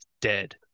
dead